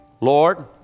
Lord